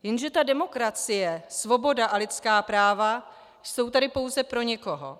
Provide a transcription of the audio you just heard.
Jenže ta demokracie, svoboda a lidská práva jsou tady pouze pro někoho.